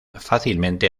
fácilmente